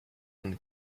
and